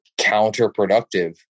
counterproductive